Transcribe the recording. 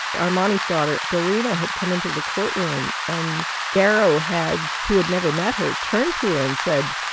armani's daughter dorina had come into the court room, and garrow had who had never met her, turned to her and said,